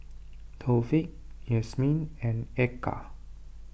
Taufik Yasmin and Eka